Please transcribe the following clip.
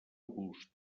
gust